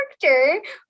character